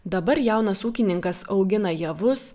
dabar jaunas ūkininkas augina javus